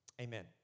Amen